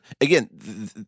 again